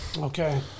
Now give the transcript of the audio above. Okay